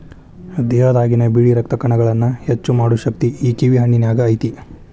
ದೇಹದಾಗಿನ ಬಿಳಿ ರಕ್ತ ಕಣಗಳನ್ನಾ ಹೆಚ್ಚು ಮಾಡು ಶಕ್ತಿ ಈ ಕಿವಿ ಹಣ್ಣಿನ್ಯಾಗ ಐತಿ